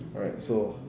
alright so